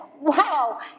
Wow